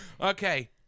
Okay